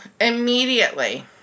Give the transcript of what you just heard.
immediately